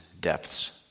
depths